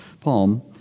palm